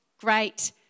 great